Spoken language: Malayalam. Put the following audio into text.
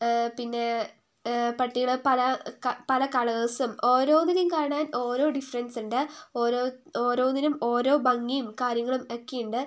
പിന്നെ പട്ടികള് പല പല കളേഴ്സും ഓരോന്നിനേയും കാണാൻ ഓരോ ഡിഫറെൻസ് ഉണ്ട് ഓരോ ഓരോന്നിനും ഓരോ ഭംഗിയും കാര്യങ്ങളും ഒക്കെ ഉണ്ട്